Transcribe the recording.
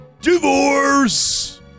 divorce